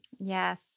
Yes